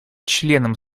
членом